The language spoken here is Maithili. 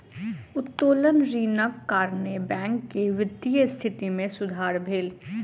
उत्तोलन ऋणक कारणेँ बैंक के वित्तीय स्थिति मे सुधार भेल